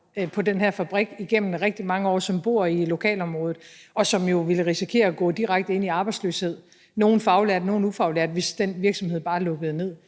på den her fabrik igennem rigtig mange år, og som bor i lokalområdet, og som jo ville risikere at gå direkte ud i arbejdsløshed, nogle faglærte, nogle ufaglærte, hvis den virksomhed bare lukkede ned.